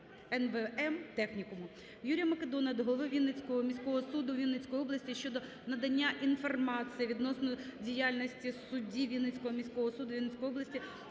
НВМ) технікуму. Юрія Македона до голови Вінницького міського суду Вінницької області щодо надання інформації відносно діяльності судді Вінницького міського суду Вінницької області